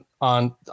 on